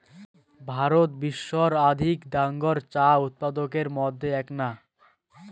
ভারত বিশ্বর অধিক ডাঙর চা উৎপাদকের মইধ্যে এ্যাকনা